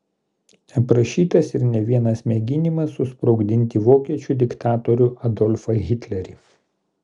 aprašytas ir ne vienas mėginimas susprogdinti vokiečių diktatorių adolfą hitlerį